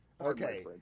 Okay